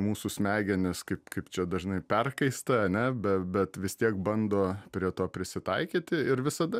mūsų smegenys kaip kaip čia dažnai perkaista ane be bet vis tiek bando prie to prisitaikyti ir visada